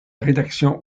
rédaction